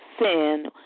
sin